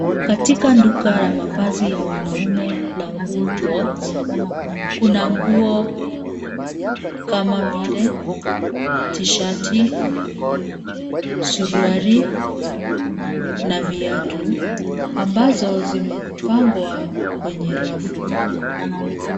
Katika duka la mavazi ya wanaume la woolworths, kuna nguo kama vile,(cs)T-shirt(cs),suruali na viatu, ambazo zimepangwa kwenye rafu.